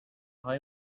های